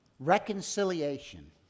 reconciliation